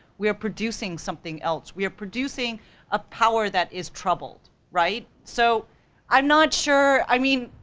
we are producing something else, we are producing a power that is troubled, right? so i'm not sure, i mean,